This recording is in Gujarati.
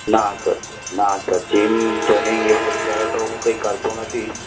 ના સર ના સર જીમ તો નહિ એવું તો અત્યારે હું કંઈ કરતો નથી